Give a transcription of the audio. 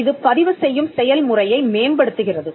இது பதிவு செய்யும் செயல் முறையை மேம்படுத்துகிறது